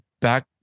back